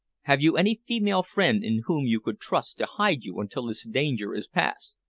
have you any female friend in whom you could trust to hide you until this danger is past?